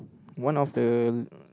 one of the